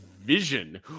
vision